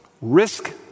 Risk